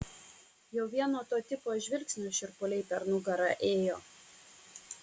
jau vien nuo to tipo žvilgsnio šiurpuliai per nugarą ėjo